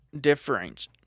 difference